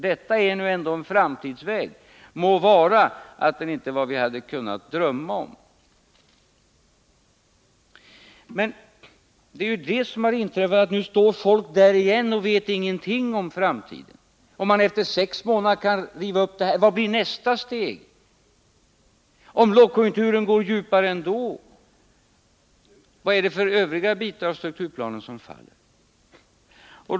Detta är ändå en framstegsväg — må vara att den inte var vad vi drömde om. Nu står folk där igen och vet ingenting om framtiden. Om man efter sex månader kan riva upp ett beslut, vad blir då nästa steg? Om lågkonjunkturen blir ännu djupare, vilka övriga bitar av strukturplanen faller då?